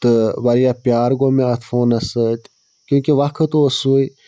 تہٕ واریاہ پیار گوٚو مےٚ اَتھ فونَس سۭتۍ کیٛوٗںٛکہِ وقت اوس سُے